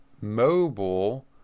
Mobile